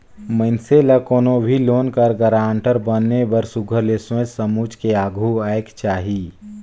मइनसे ल कोनो भी लोन कर गारंटर बने बर सुग्घर ले सोंएच समुझ के आघु आएक चाही